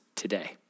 today